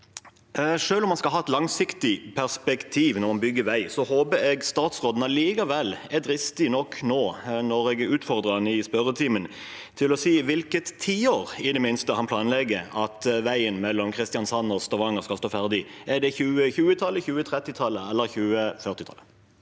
Selv om en skal ha et langsiktig perspektiv når en bygger vei, håper jeg statsråden er dristig nok nå – når jeg utfordrer ham i spørretimen – til i det minste å si hvilket tiår han planlegger at veien mellom Kristiansand og Stavanger skal stå ferdig. Er det på 2020-tallet, 2030-tallet eller 2040-tallet?